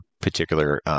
particular